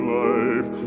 life